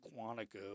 Quantico